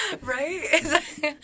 right